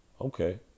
Okay